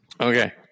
Okay